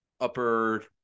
upper